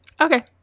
Okay